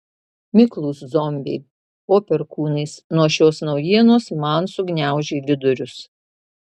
miklūs zombiai po perkūnais nuo šios naujienos man sugniaužė vidurius